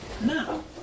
No